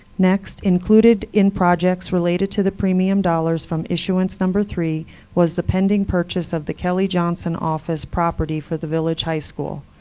next, included in projects related to the premium dollars from issuance number three was the pending purchase of the kelly johnson office property for the village high school.